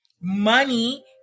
Money